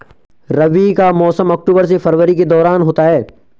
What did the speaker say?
रबी का मौसम अक्टूबर से फरवरी के दौरान होता है